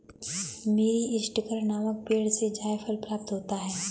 मीरीस्टिकर नामक पेड़ से जायफल प्राप्त होता है